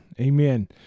Amen